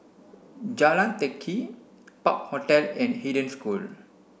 Jalan Teck Kee Park Hotel and Eden School